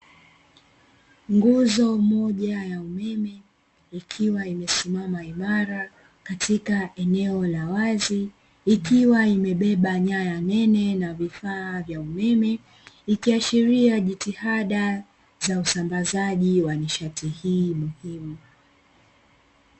Nguzo moja ya umeme ikiwa imesimama imara katika eneo la wazi, ikiwa imebeba nyaya nene na vifaa vya umeme, ikiashiria jitihada za usambazaji wa nishati hii muhimu.